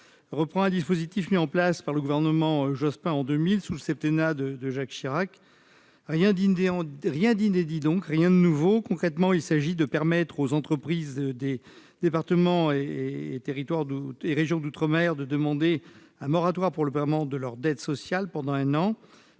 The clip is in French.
reprendre un dispositif mis en place par le gouvernement Jospin en 2000, sous le septennat de Jacques Chirac. Il n'y a donc là rien d'inédit. Concrètement, il s'agit de permettre aux entreprises des départements, territoires et régions d'outre-mer, de demander un moratoire pour le paiement de leurs dettes sociales pendant un an.